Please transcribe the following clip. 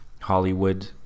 hollywood